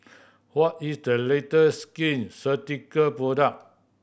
what is the latest Skin Ceutical product